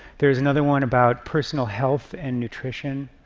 there's another one about personal health and nutrition.